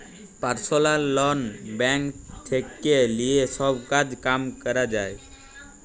personal loan bank থেক্যে লিয়ে সব কাজ কাম ক্যরা যায়